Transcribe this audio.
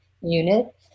unit